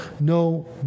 no